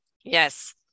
Yes